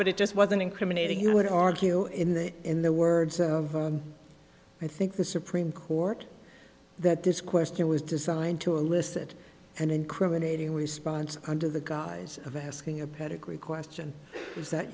but it just wasn't incriminating he would argue in the in the words i think the supreme court that this question was designed to elicit an incriminating response under the guise of asking a pedigree question is that